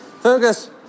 Fergus